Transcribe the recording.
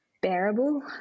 bearable